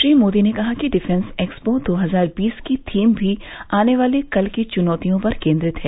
श्री मोदी ने कहा कि डिफेंस एक्सपो दो हजार बीस की थीम भी आने वाले कल की चुनौतियों पर केन्द्रित है